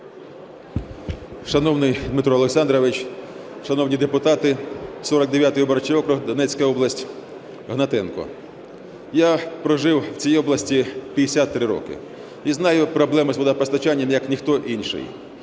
Шановний Дмитре Олександровичу, шановні депутати! 49 виборчий округ, Донецька область, Гнатенко.. Я прожив у цій області 53 роки і знаю проблеми з водопостачанням як ніхто інший.